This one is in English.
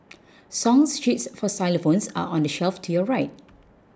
song sheets for xylophones are on the shelf to your right